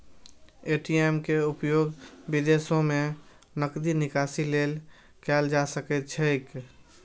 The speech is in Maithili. ए.टी.एम के उपयोग विदेशो मे नकदी निकासी लेल कैल जा सकैत छैक